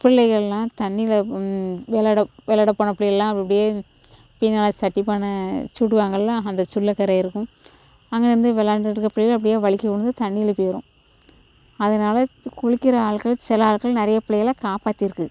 பிள்ளைகள்லாம் தண்ணியில் விளையாட விள்ளாட போன பிள்ளைகள்லாம் அப்படியே அப்படியே பின்னால் சட்டி பானை சுடுவாங்கள்லே அந்த சூளை கரை இருக்கும் அங்கேயிருந்து விள்ளான்ட்டு இருக்கிற பிள்ளைகள் அப்படியே வழுக்கி விழுந்து தண்ணியில் போயிடும் அதனால் குளிக்கிற ஆட்கள் சில ஆட்கள் நிறைய பிள்ளைங்கள காப்பாத்தியிருக்கு